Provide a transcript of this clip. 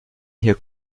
hier